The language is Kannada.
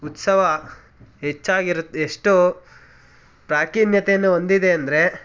ಉತ್ಸವ ಹೆಚ್ಚಾಗಿರುತ್ತೆ ಎಷ್ಟು ಪ್ರಾಚೀನತೆಯನ್ನು ಹೊಂದಿದೆ ಅಂದರೆ